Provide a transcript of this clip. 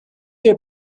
year